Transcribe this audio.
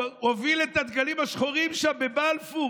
הוא הוביל את הדגלים השחורים שם בבלפור,